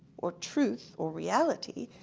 or truth, or reality,